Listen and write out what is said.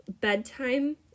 bedtime